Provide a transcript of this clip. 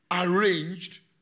arranged